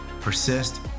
persist